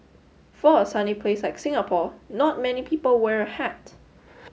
for a sunny place like Singapore not many people wear a hat